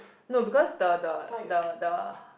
no because the the the the